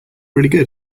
really